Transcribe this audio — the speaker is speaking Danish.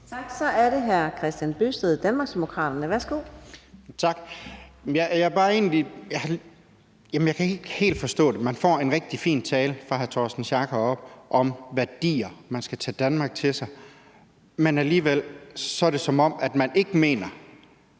Tak. Så er det hr. Kristian Bøgsted, Danmarksdemokraterne. Værsgo. Kl. 10:26 Kristian Bøgsted (DD): Tak. Jeg kan ikke helt forstå det. Man får en rigtig fin tale fra hr. Torsten Schack Pedersen heroppefra om værdier, at man skal tage Danmark til sig, men alligevel er det, som om man ikke mener,